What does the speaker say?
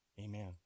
amen